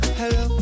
hello